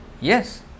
Yes